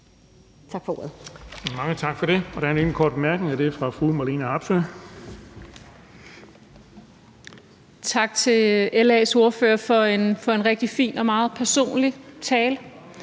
Tak for ordet.